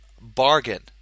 Bargain